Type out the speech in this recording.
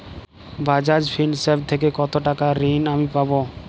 বাজাজ ফিন্সেরভ থেকে কতো টাকা ঋণ আমি পাবো?